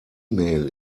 mail